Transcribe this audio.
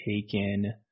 taken